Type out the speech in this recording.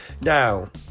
Now